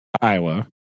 Iowa